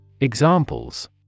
Examples